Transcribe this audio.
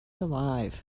alive